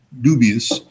dubious